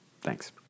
Thanks